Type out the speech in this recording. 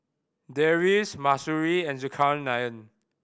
Deris Mahsuri and Zulkarnain